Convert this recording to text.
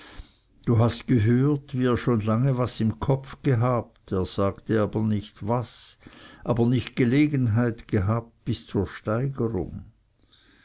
du hast gehört wie er schon lange was im kopf gehabt er sagte aber nicht was aber nicht gelegenheit gehabt bis zur steigerung